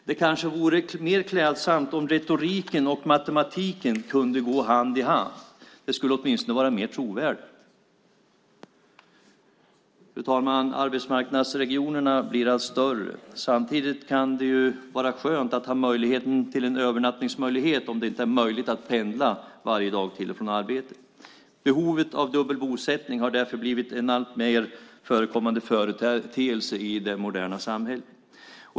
Det vore kanske mer klädsamt om retoriken och matematiken kunde gå hand i hand. Det skulle åtminstone vara mer trovärdigt. Fru talman! Arbetsmarknadsregionerna blir allt större. Samtidigt kan det vara skönt att ha en övernattningsmöjlighet om det inte går att pendla varje dag till och från arbetet. Dubbel bosättning har därför blivit en alltmer förekommande företeelse i det moderna samhället.